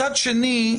מצד שני,